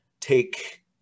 take